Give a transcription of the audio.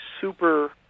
super